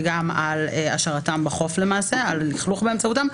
וגם על השארתם בחוף ועל לכלוך באמצעותם.